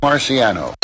Marciano